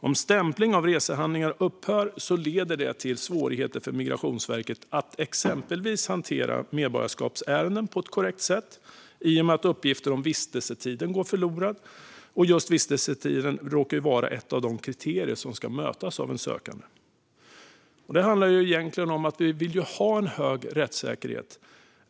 Om stämpling av resehandlingar upphör leder det till svårigheter för Migrationsverket att exempelvis hantera medborgarskapsärenden på ett korrekt sätt i och med att uppgifter om vistelsetiden går förlorade, och just vistelsetiden råkar ju vara ett av de kriterier som ska mötas av en sökande. Det handlar egentligen om att vi vill ha en hög rättssäkerhet.